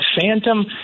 phantom